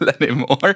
anymore